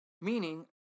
Meaning